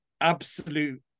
absolute